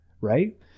Right